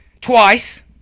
twice